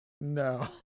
No